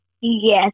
Yes